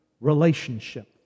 relationship